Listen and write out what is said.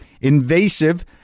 invasive